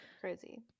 crazy